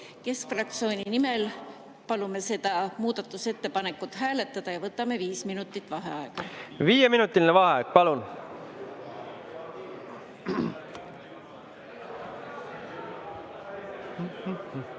Keskfraktsiooni nimel palun seda muudatusettepanekut hääletada ja võtame viis minutit vaheaega. Viieminutiline vaheaeg, palun!V